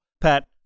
Pat